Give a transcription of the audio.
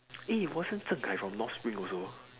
eh wasn't Zhen Kai from north spring also